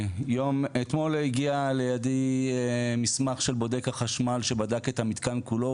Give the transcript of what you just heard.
אתמול הגיע לידי מסמך של בודק החשמל שבדק את המתקן כולו,